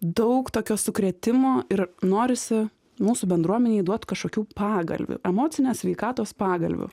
daug tokio sukrėtimo ir norisi mūsų bendruomenei duot kažkokių pagalvių emocinės sveikatos pagalvių